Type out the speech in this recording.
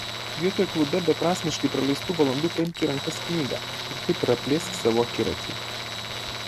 vietoj klube beprasmiškai praleistų valandų paimk į rankas knygą ir taip praplėsk savo akiratį